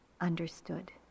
understood